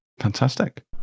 Fantastic